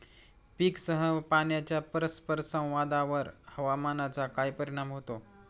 पीकसह पाण्याच्या परस्पर संवादावर हवामानाचा काय परिणाम होतो?